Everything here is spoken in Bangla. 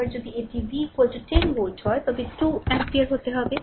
এবার যদি এটি v 10 ভোল্ট হয় তবে 2 এমপিয়ার হতে হবে